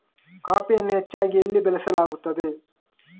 ಕಾಫಿಯನ್ನು ಹೆಚ್ಚಾಗಿ ಎಲ್ಲಿ ಬೆಳಸಲಾಗುತ್ತದೆ?